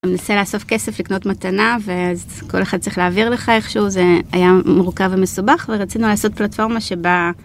מנסה לאסוף כסף לקנות מתנה ואז כל אחד צריך להעביר לך איכשהו זה היה מורכב ומסובך ורצינו לעשות פלטפורמה שבה.